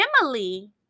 Emily